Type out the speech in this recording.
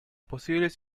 posibles